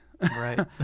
Right